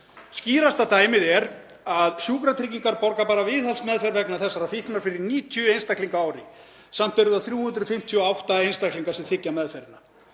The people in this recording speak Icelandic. Skýrasta dæmið er að Sjúkratryggingar borga bara viðhaldsmeðferð vegna þessarar fíknar fyrir 90 einstaklinga á ári. Samt eru það 358 einstaklingar sem þiggja meðferðina.